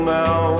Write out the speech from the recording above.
now